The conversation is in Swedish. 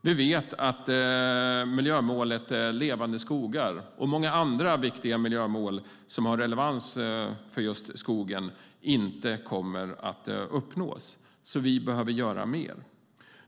Vi vet att miljömålet Levande skogar och många andra viktiga miljömål som har relevans för skogen inte kommer att uppnås, så vi behöver göra mer.